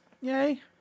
Yay